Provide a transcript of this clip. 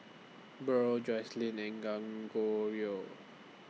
Burl Joseline and